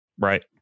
Right